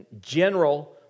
general